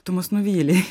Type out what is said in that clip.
tu mus nuvylei